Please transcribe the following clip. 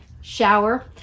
shower